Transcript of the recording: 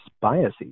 biases